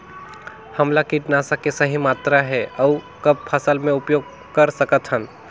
हमला कीटनाशक के सही मात्रा कौन हे अउ कब फसल मे उपयोग कर सकत हन?